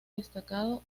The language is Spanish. destacado